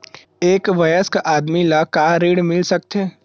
एक वयस्क आदमी ल का ऋण मिल सकथे?